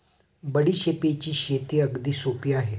बडीशेपची शेती अगदी सोपी आहे